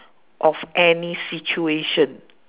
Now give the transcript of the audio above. of any situation